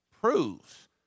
proves